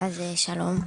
אז שלום,